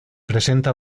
presenta